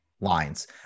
lines